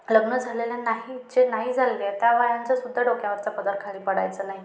लग्न झालेल्या नाही जे नाही झालेले त्या बायांच्यासुद्धा डोक्यावरचा पदर खाली पडायचा नाही